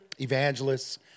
Evangelists